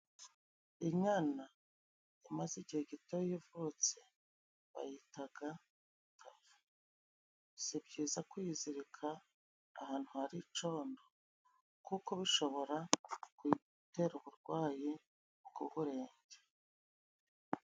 Inyana imaze igihe gito yavutse bayitaga umutavu, si byiza kwizirika ahantu hari icondo kuko bishobora kutera uburwayi bw'uburenge.